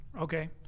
okay